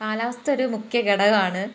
കാലാവസ്ഥയൊരു മുഖ്യഘടകമാണ്